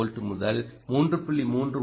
2 volt முதல் 3